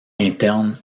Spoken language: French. interne